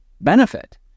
benefit